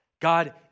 God